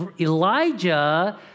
Elijah